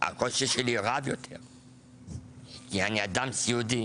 הקושי שלי רב יותר, כי אני אדם סיעודי